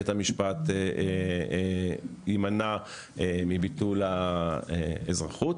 בית המשפט יימנע מביטול האזרחות.